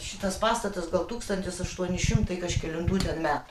šitas pastatas gal tūkstantis aštuoni šimtai kažkelintų metų